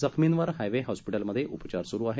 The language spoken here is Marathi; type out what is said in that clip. जखमींवर हायवे हॉस्पिममध्ये उपचार सुरू आहेत